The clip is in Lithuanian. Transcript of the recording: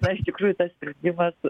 na iš tikrųjų tas sprendimas